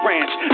Ranch